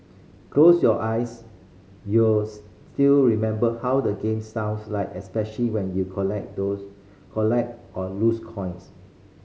close your eyes you'll still remember how the game sounds like especially when you collect those collect or lose coins